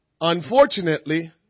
Unfortunately